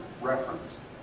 reference